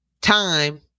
time